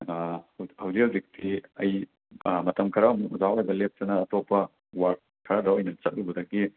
ꯍꯧꯖꯤꯛ ꯍꯧꯖꯤꯛꯇꯤ ꯑꯩ ꯃꯇꯝ ꯈꯔ ꯑꯃꯨꯛ ꯑꯣꯖꯥ ꯑꯣꯏꯕ ꯂꯦꯞꯇꯨꯅ ꯑꯇꯣꯞꯄ ꯋꯥꯔ꯭ꯀ ꯈꯔꯗ ꯑꯣꯏꯅ ꯆꯠꯂꯨꯕꯗꯒꯤ